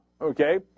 okay